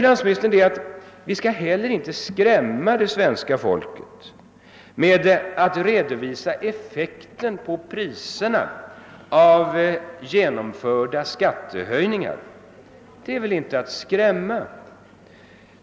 Finansministern sade också att vi inte skall skrämma svenska folket genom att redovisa effekten på priserna av genomförda skattehöjningar. Det är väl inte att skrämma!